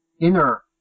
inner